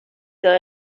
que